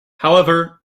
however